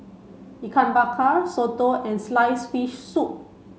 Ikan Bakar Soto and slice fish soup